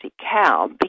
cow